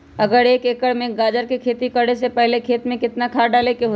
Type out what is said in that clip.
अगर एक एकर में गाजर के खेती करे से पहले खेत में केतना खाद्य डाले के होई?